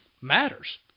matters